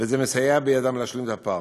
וזה מסייע בידם להשלים את הפער.